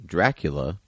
Dracula